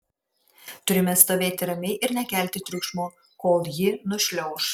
turime stovėti ramiai ir nekelti triukšmo kol ji nušliauš